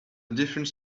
different